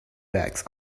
bags